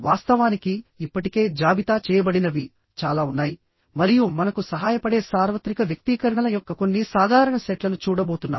వాస్తవానికిఇప్పటికే జాబితా చేయబడినవి చాలా ఉన్నాయి మరియు మనకు సహాయపడే సార్వత్రిక వ్యక్తీకరణల యొక్క కొన్ని సాధారణ సెట్లను చూడబోతున్నాం